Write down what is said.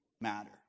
matter